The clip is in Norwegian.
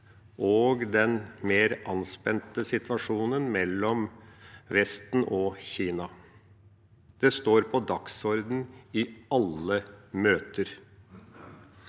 og den mer anspente situasjonen mellom Vesten og Kina. Det står på dagsordenen i alle møter.